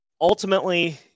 Ultimately